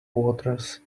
waters